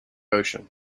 ocean